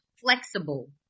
flexible